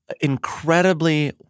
incredibly